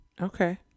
okay